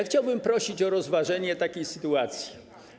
Chciałbym prosić o rozważenie pewnej sytuacji.